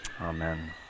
Amen